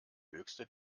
höchste